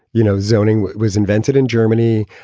you know, zoning was invented in germany.